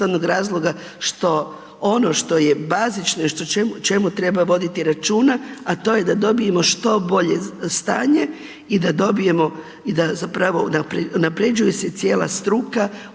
sa prometom iz jednostavnog razloga što ono što je bazično i o čemu treba voditi računa, a to je da dobijemo što bolje stanje i da dobijemo i da zapravo unapređuje se cijela struka u